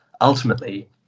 Ultimately